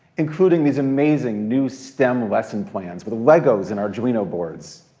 including these amazing new stem lesson plans with legos and arduino boards.